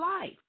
life